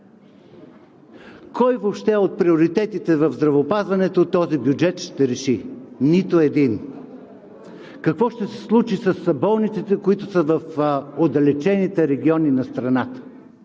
Кой въобще от приоритетите в здравеопазването този бюджет ще реши? Нито един! Какво ще се случи с болниците, които са в отдалечените региони на страната?